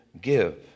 give